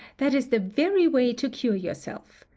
that is the very way to cure yourself.